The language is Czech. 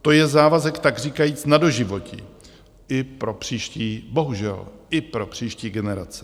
To je závazek takříkajíc na doživotí i pro příští, bohužel, i pro příští generace.